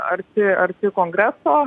arti arti kongreso